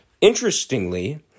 Interestingly